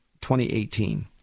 2018